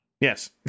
Yes